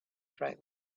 driver